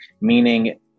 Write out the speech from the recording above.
meaning